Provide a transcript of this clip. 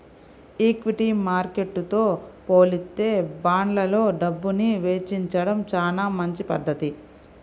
equity మార్కెట్టుతో పోలిత్తే బాండ్లల్లో డబ్బుని వెచ్చించడం చానా మంచి పధ్ధతి